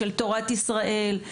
של תורת ישראל,